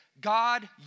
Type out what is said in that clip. God